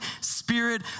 Spirit